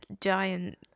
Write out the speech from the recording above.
giant